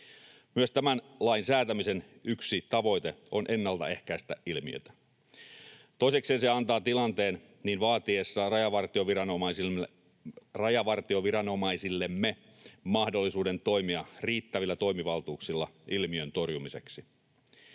Myös tämän lain säätämisen yksi tavoite on ennaltaehkäistä ilmiötä. Toisekseen se antaa tilanteen niin vaatiessa rajavartioviranomaisillemme mahdollisuuden toimia riittävillä toimivaltuuksilla ilmiön torjumiseksi.